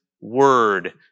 Word